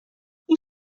این